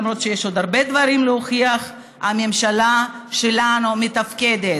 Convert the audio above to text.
למרות שיש עוד הרבה דברים להוכיח: הממשלה שלנו מתפקדת,